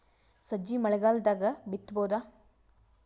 ಸಜ್ಜಿ ಮಳಿಗಾಲ್ ದಾಗ್ ಬಿತಬೋದ?